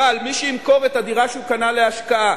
אבל מי שימכור את הדירה שהוא קנה להשקעה,